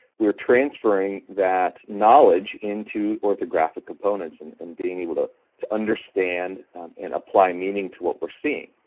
we are transferring that knowledge into orthographic components and and being able to to understand and apply meaning to what we're seeing.